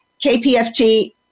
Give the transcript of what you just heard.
KPFT